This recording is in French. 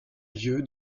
lieu